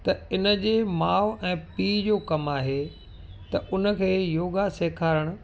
त इनजी माउ ऐं पीउ जो कमु आहे त उनखे योगा सेखारणु